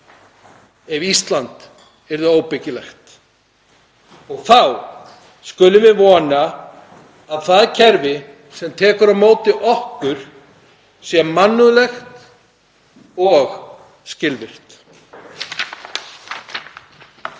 ef Ísland yrði óbyggilegt. Þá skulum við vona að það kerfi sem tekur á móti okkur sé mannúðlegt og skilvirkt.